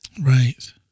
Right